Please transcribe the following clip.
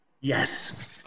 Yes